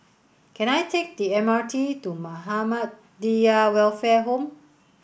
can I take the M R T to Muhammadiyah Welfare Home